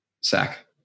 Sack